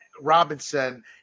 Robinson